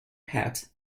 hat